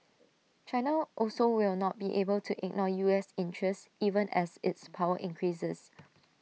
China also will not be able to ignore U S interests even as its power increases